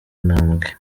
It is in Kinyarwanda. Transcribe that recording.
ntambwe